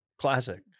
Classic